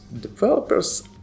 developers